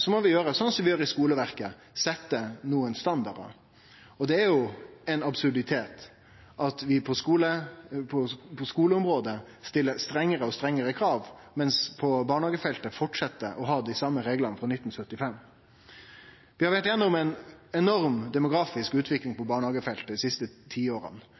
så må vi gjere som vi gjer i skoleverket, setje nokon standardar. Det er ein absurditet at vi på skoleområdet stiller strengare og strengare krav, medan vi på barnehagefeltet fortset å dei same reglane frå 1975. Vi har vore gjennom ei enorm demografisk utvikling på barnehagefeltet dei siste